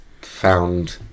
found